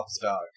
dog